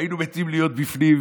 היינו מתים להיות בפנים,